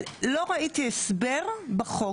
אבל לא ראיתי הסבר בחוק.